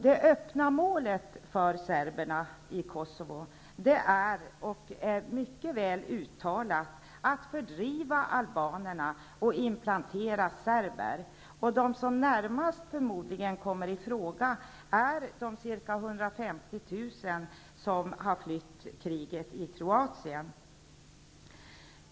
Det öppna målet för serberna är att fördriva albanerna från Kosovo och inplantera serber, vilket är mycket väl uttalat. De som förmodligen närmast kommer i fråga är de ca 150 000 människor som har flytt från kriget i Kroatien.